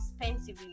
expensively